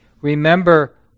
remember